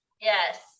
Yes